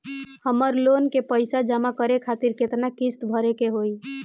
हमर लोन के पइसा जमा करे खातिर केतना किस्त भरे के होई?